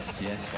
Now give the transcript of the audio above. Yes